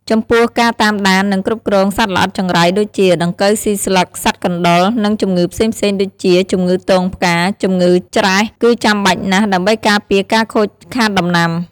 ចំពោះការតាមដាន និងគ្រប់គ្រងសត្វល្អិតចង្រៃ ដូចជា ដង្កូវស៊ីស្លឹក សត្វកណ្ដុរ និងជំងឺផ្សេងៗ ដូចជា ជម្ងឺទងផ្កា ជម្ងឺច្រែះ គឺចាំបាច់ណាស់ ដើម្បីការពារការខូចខាតដំណាំ។